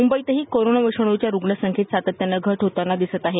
मुंबईतही कोरोना विषाणूच्या रूग्णसंख्येत सातत्यानं घट होतांना दिसत आहे